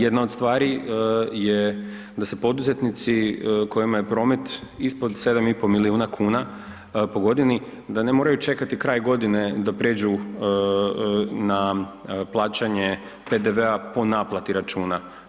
Jedna od stvari je da se poduzetnici kojima je promet ispod 7,5 miliona kuna po godini da ne moraju čekati kraj godine da prijeđu na plaćanje PDV-a po naplati računa.